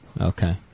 Okay